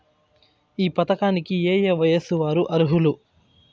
ఈ పథకానికి ఏయే వయస్సు వారు అర్హులు?